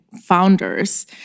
founders